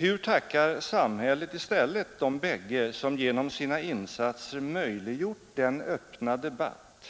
Hur tackar samhället i stället de bägge som genom sina insatser möjliggjort den öppna debatt,